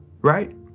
right